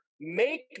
make